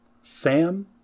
Sam